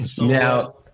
Now